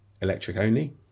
electric-only